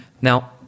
Now